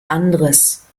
anderes